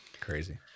crazy